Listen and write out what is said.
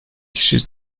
kişi